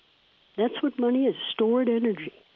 that's what money is stored energy.